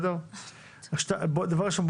דבר ראשון,